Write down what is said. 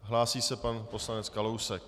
Hlásí se pan poslanec Kalousek.